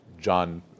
John